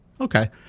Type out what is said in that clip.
Okay